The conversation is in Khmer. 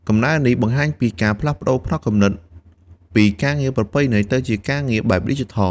កំណើននេះបង្ហាញពីការផ្លាស់ប្តូរផ្នត់គំនិតពីការងារប្រពៃណីទៅជាការងារបែបឌីជីថល។